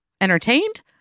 entertained